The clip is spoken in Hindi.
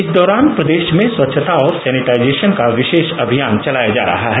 इस दौरान प्रदेश में स्वच्छता और सैनिटाइजेशन का विशेष अभियान चलाया जा रहा है